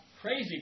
Crazy